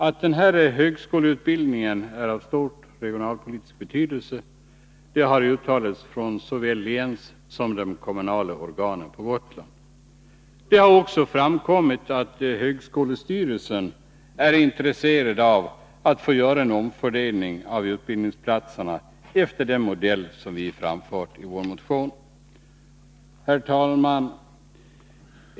Att denna högskoleutbildning är av stor regionalpolitisk betydelse har uttalats från såväl länsorgan som kommunala organ på Gotland. Det har också framkommit att högskolestyrelsen är intresserad av att få göra en omfördelning av utbildningsplatserna efter den modell som vi framfört i vår motion. Herr talman!